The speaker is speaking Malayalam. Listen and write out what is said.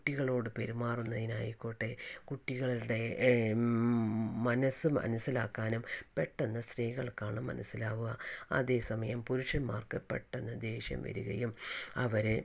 കുട്ടികളോട് പെരുമാറുന്നതിനായിക്കോട്ടെ കുട്ടികളുടെ മനസ്സ് മനസിലാക്കാനും പെട്ടെന്ന് സ്ത്രീകൾക്കാണ് മനസിലാവുക അതേസമയം പുരുഷന്മാർക്ക് പെട്ടെന്ന് ദേഷ്യം വരുകയും അവർ